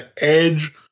edge